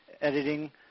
editing